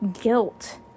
guilt